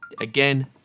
again